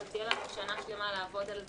אבל תהיה לנו שנה שלמה לעבוד על זה,